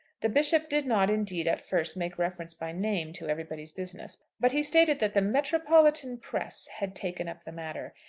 the bishop did not indeed, at first, make reference by name to everybody's business but he stated that the metropolitan press had taken up the matter,